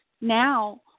now